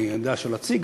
אני רוצה להציג,